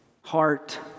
Heart